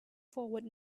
forward